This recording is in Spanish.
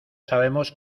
sabemos